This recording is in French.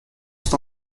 sont